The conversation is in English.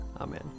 Amen